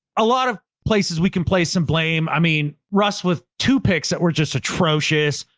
a lot of places, we can play some blame. i mean russ with two picks that were just atrocious,